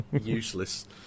Useless